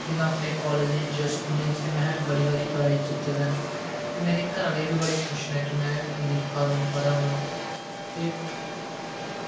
जि'यां अपने कालजें च स्कूलें च ते में केईं बारी प्राइज़ जित्ते दा ऐ ते मेरे घरे आह्ले बी बड़े खुश न कि में लिखा दा पढ़ा दा ते